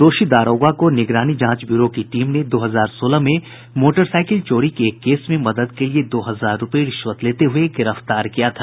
दोषी दारोगा को निगरानी जांच ब्यूरो की टीम ने दो हजार सोलह में मोटरसाईकिल चोरी के एक केस में मदद के लिए दो हजार रूपये रिश्वत लेते हुये गिरफ्तार किया था